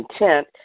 intent